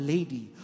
Lady